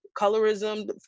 colorism